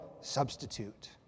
substitute